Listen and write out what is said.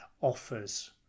offers